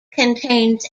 contains